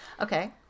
Okay